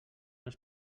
els